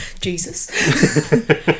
Jesus